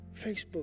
Facebook